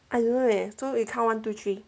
I don't know leh so we count one two three